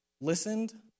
listened